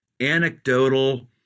anecdotal